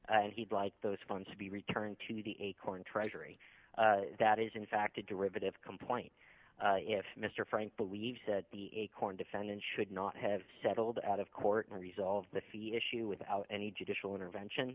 and he'd like those funds to be returned to the acorn treasury that is in fact a derivative complaint if mr frank believes that the acorn defendant should not have settled out of court and resolve the fee issue without any judicial intervention